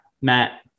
matt